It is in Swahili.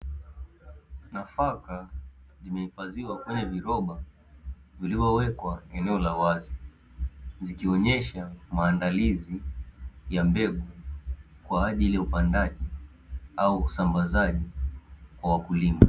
Nafaka zimehifadhiwa kwenye viroba vilivyowekwa eneo la wazi, zikionyesha maandalizi ya mbegu kwa ajili ya upandaji au usambazaji kwa wakulima.